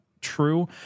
true